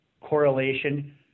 correlation